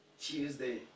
Tuesday